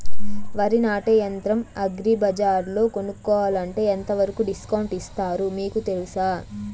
వరి నాటే యంత్రం అగ్రి బజార్లో కొనుక్కోవాలంటే ఎంతవరకు డిస్కౌంట్ ఇస్తారు మీకు తెలుసా?